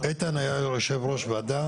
איתן היה יושב ראש ועדה,